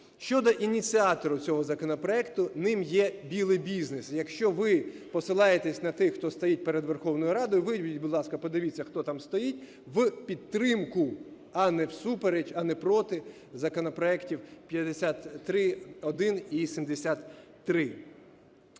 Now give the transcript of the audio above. Щодо ініціатору цього законопроекту, ним є "білий" бізнес, якщо ви посилаєтесь на тих хто стоїть перед Верховною Радою, вийдіть, будь ласка, подивіться хто там стоїть в підтримку, а не всупереч, а не проти законопроектів 53-1 і 73.